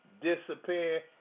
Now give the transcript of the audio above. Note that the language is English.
disappear